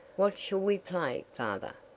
what shall we play, father?